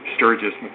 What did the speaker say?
Sturgis